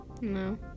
no